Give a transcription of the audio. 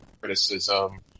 criticism